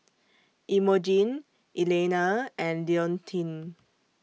Emogene Elaina and Leontine